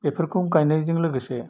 बेफोरखौ गायनायजों लोगोसे